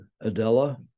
Adela